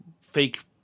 fake